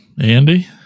Andy